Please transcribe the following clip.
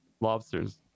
lobsters